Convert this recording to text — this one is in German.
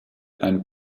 ein